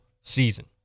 season